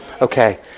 Okay